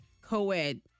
co-ed